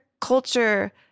culture